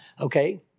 okay